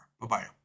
Bye-bye